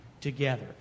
together